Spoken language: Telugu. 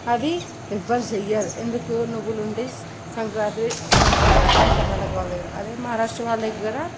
అవి ఎవ్వరు చెయ్యరు ఎందుకు నువ్వులు ఉండీస్ సంక్రాంత్రి సాంప్రదాయం కర్ణాటక వాళ్ళ దగ్గర అదే మహారాష్ట్ర వాళ్ళ దగ్గర